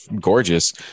gorgeous